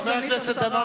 חבר הכנסת דנון,